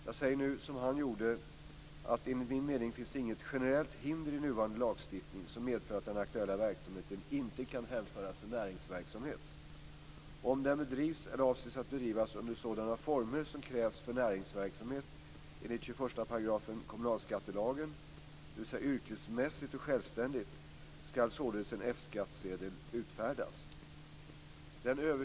Jag säger nu, som han gjorde då, att enligt min mening finns det inget generellt hinder i nuvarande lagstiftning som medför att den aktuella verksamheten inte kan hänföras till näringsverksamhet. Om den bedrivs eller avses att bedrivas under sådana former som krävs för näringsverksamhet enligt 21 § kommunalskattelagen, dvs. yrkesmässigt och självständigt, skall således en F-skattsedel utfärdas.